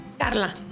Carla